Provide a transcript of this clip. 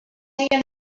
guardian